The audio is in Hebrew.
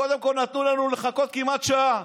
קודם כול, נתנו לנו לחכות כמעט שעה.